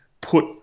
put